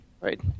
Right